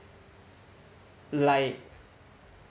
like